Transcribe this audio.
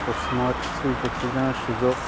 পশ্চিমবঙ্গের কিছু ইকোট্যুরিজমের সুযোগ